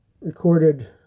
recorded